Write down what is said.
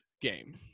game